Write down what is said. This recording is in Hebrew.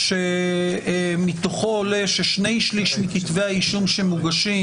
מתוכו עולה שבשני-שליש מכתבי האישום שמוגשים